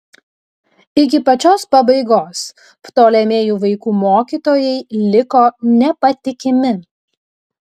iki pačios pabaigos ptolemėjų vaikų mokytojai liko nepatikimi